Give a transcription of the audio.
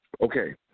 Okay